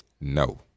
No